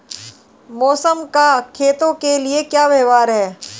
मौसम का खेतों के लिये क्या व्यवहार है?